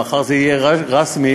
מחר זה יהיה רשמי,